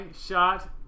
shot